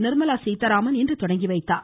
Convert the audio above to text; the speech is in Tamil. நிர்மலா சீத்தாராமன் இன்று தொடங்கி வைத்தார்